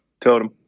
Totem